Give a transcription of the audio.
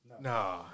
No